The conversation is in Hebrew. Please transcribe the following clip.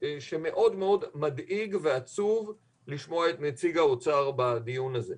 שמאוד מאוד מדאיג ועצוב לשמוע את נציג האוצר בדיון הזה.